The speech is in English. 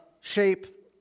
shape